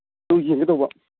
ꯑꯗꯨ ꯌꯦꯡꯒꯦ ꯇꯧꯕ